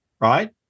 right